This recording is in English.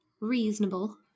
Reasonable